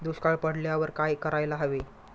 दुष्काळ पडल्यावर काय करायला हवे?